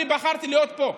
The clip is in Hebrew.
אני בחרתי להיות פה.